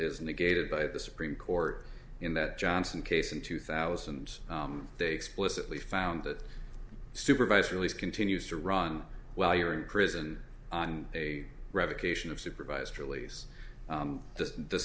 is negated by the supreme court in that johnson case in two thousand they explicitly found that supervised release continues to run while you're in prison on a revocation of supervised release just the